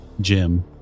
Jim